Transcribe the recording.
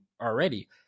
already